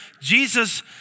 Jesus